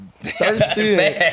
thirsty